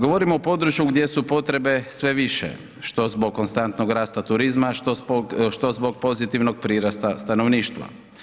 Govorimo o području gdje su potrebe sve više što zbog konstantnog rasta turizma što zbog pozitivnog prirasta stanovništva.